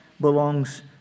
belongs